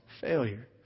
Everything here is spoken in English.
failure